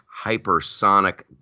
hypersonic